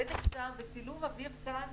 בדק שם וצילום אוויר כאן,